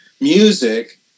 music